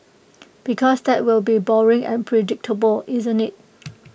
because that will be boring and predictable isn't IT